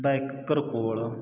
biker ਕੋਲ